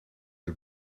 the